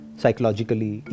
psychologically